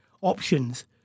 options